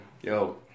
Yo